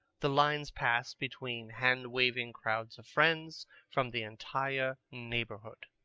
the lines pass between hand-waving crowds of friends from the entire neighborhood.